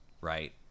right